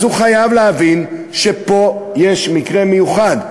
אז הוא חייב להבין שפה יש מקרה מיוחד.